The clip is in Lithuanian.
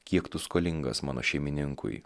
kiek tu skolingas mano šeimininkui